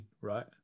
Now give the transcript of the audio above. right